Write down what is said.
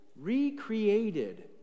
recreated